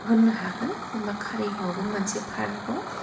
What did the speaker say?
होननो हागोन जेन'बा कारिगावावबो मोनसे पार्क दं